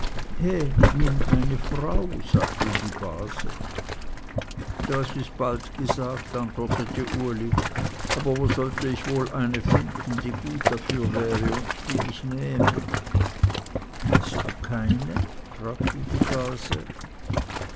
nimm eine frau sagte die base das ist bald gesagt antwortete uli aber wo wollte ich wohl eine finden die gut dafür wäre und die mich nähme weißt du keine fragte die base